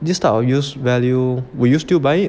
this type of use value would you still buy it